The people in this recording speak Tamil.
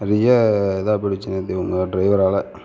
பெரிய இதா போயிடுச்சி நேற்று உங்க டிரைவரால